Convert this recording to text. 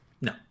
no